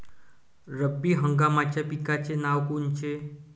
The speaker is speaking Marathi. रब्बी हंगामाच्या पिकाचे नावं कोनचे?